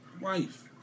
wife